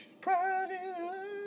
Private